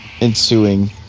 ensuing